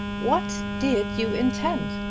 what did you intend?